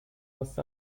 lasts